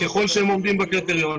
ככל שהם עומדים בקריטריונים,